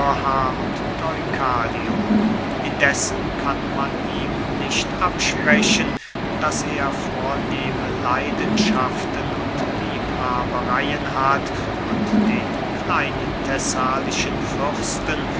und deukalion indessen kann man ihm nicht absprechen daß er vornehme leidenschaften und liebhabereyen hat und den kleinen thessalischen fürsten